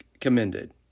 commended